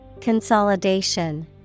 Consolidation